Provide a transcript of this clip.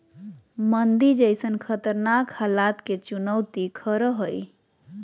मंदी जैसन खतरनाक हलात के चुनौती खरा हइ